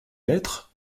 l’être